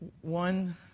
one